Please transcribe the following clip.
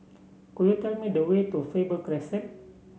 could you tell me the way to Faber Crescent